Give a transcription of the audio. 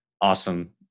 awesome